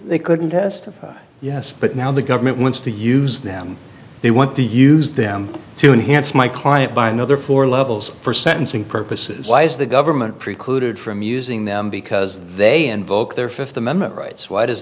they couldn't test yes but now the government wants to use them they want to use them to enhance my client by another four levels for sentencing purposes lies the government precluded from using them because they invoke their fifth amendment rights wh